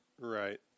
right